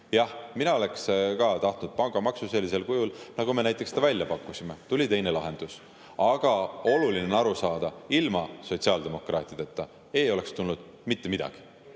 Jah, mina oleks ka tahtnud pangamaksu sellisel kujul, nagu me selle välja pakkusime. Tuli teine lahendus. Aga oluline on aru saada, et ilma sotsiaaldemokraatideta ei oleks tulnud mitte midagi,